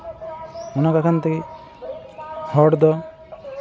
ᱚᱱᱟ ᱞᱮᱠᱟᱱᱛᱮ ᱦᱚᱲᱫᱚ